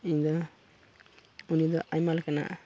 ᱤᱧᱫᱚ ᱩᱱᱤᱫᱚ ᱟᱭᱢᱟ ᱞᱮᱠᱟᱱᱟᱜ